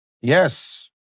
Yes